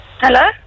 Hello